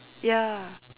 ya